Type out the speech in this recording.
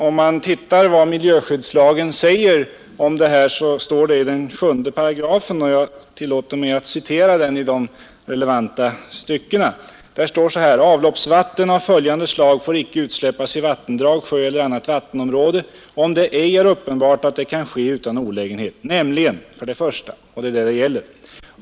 Föreskrifterna på detta område återfinns i 7 §, där jag tillåter mig att citera de relevanta styckena. Det heter där bl.a. följande: ”Avloppsvatten av följande slag får icke utsläppas i vattendrag, sjö eller annat vattenområde om det ej är uppenbart att det kan ske. utan olägenhet, nämligen” — och det är det det gäller — ”1.